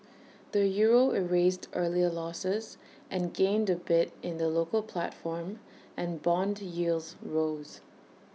the euro erased earlier losses and gained A bit in the local platform and Bond yields rose